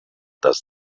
does